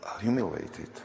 humiliated